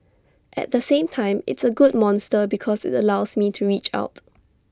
at the same time it's A good monster because IT allows me to reach out